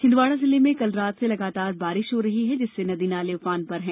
छिन्दवाड़ा जिले में कल रात से लगातार बारिश हो रही है जिससे नदी नाले उफान पर पर हैं